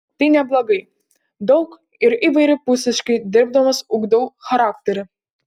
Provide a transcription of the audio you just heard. tai neblogai daug ir įvairiapusiškai dirbdamas ugdau charakterį